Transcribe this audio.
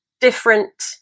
different